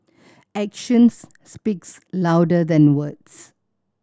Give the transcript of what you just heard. action speaks louder than words